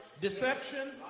deception